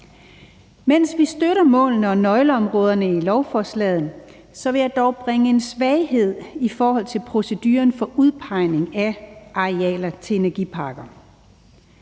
Mens vi støtter målene og nøgleområderne i lovforslaget, vil jeg dog nævne en svaghed i forhold til proceduren for udpegning af arealer til energiparker.